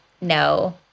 No